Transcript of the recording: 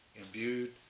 imbued